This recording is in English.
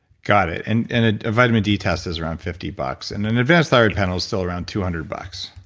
got it, and and ah a vitamin d test is around fifty bucks. and an advanced thyroid panel is still around two hundred bucks.